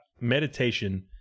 meditation